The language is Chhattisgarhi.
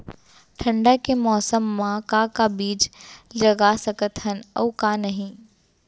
ठंडा के मौसम मा का का बीज लगा सकत हन अऊ का नही?